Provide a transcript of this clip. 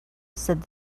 said